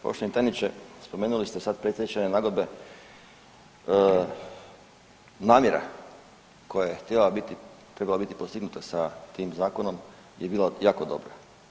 Poštovani tajniče spomenuli ste sad predstečajne nagodbe, namjera koja je htjela biti, trebala biti postignuta sa tim zakonom je bila jako dobra.